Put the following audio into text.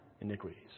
iniquities